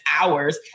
hours